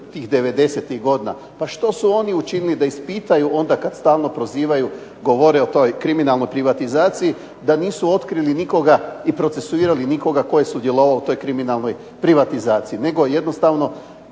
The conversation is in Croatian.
tih 90-ih godina, pa što su oni učinili da ispitaju onda kad stalno prozivaju, govore o toj kriminalnoj privatizaciji, da nisu otkrili nikoga i procesuirali nikoga tko je sudjelovao u toj kriminalnoj privatizaciji, nego jednostavno